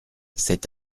c’est